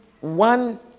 one